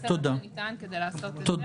ונעשה כל שניתן כדי לעשות את זה.